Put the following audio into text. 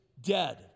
dead